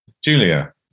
Julia